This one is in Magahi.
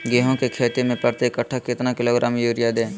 गेंहू की खेती में प्रति कट्ठा कितना किलोग्राम युरिया दे?